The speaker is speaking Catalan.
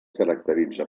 caracteritza